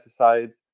pesticides